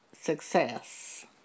success